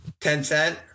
Tencent